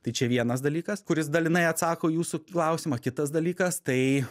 tai čia vienas dalykas kuris dalinai atsako į jūsų klausimą kitas dalykas tai